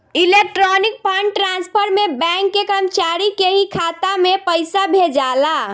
electronic fund transfer में bank के कर्मचारी के ही खाता में पइसा भेजाला